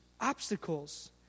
obstacles